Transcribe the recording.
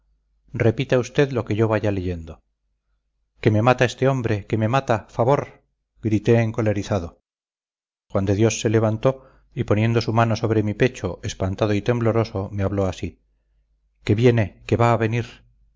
repita usted lo que yo vaya leyendo que me mata este hombre que me mata favor grité encolerizado juan de dios se levantó y poniendo su mano sobre mi pecho espantado y tembloroso me habló así que viene que va a venir